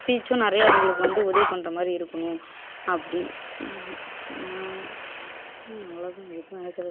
ஸ்பீச்சும் நிறைய அவங்களுக்கு வந்து உதவி பண்ணுறமாதிரி இருக்கணும் அப்படி அவ்வளோதான் இதுக்கு மேலே என்ன சொல்கிறது